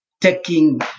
taking